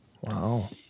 Wow